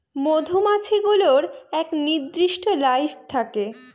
মধুমাছি গুলোর এক নির্দিষ্ট লাইফ থাকে